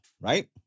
Right